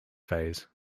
phase